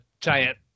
giant